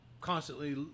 constantly